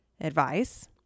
Advice